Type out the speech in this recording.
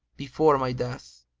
before my death.